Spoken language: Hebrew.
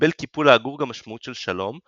קיבל קיפול העגור גם משמעות של שלום,